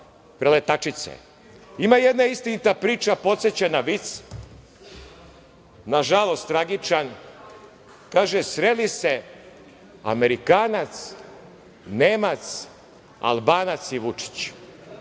jedna istinita priča, podseća na vic, nažalost tragičan. Kaže – sreli se Amerikanac, Nemac, Albanac i Vučić